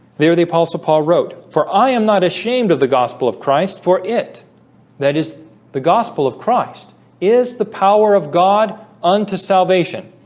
near the apostle so paul wrote for i am not ashamed of the gospel of christ for it that is the gospel of christ is the power of god unto salvation